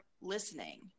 listening